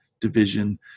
division